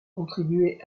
contribué